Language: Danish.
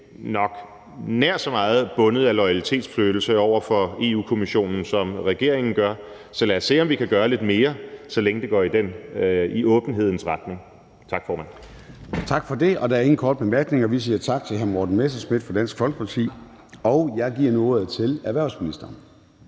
ikke nær så meget bundet af loyalitet over for Europa-Kommissionen, som regeringen gør, så lad os se, om vi kan gøre lidt mere, så længe det går i åbenhedens retning. Tak, formand. Kl. 10:42 Formanden (Søren Gade): Tak for det. Der er ingen korte bemærkninger, så vi siger tak til hr. Morten Messerschmidt fra Dansk Folkeparti. Og jeg giver nu ordet til erhvervsministeren.